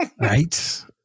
Right